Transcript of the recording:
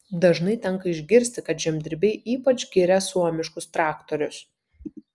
dažnai tenka išgirsti kad žemdirbiai ypač giria suomiškus traktorius